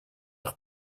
eich